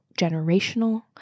generational